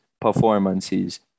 performances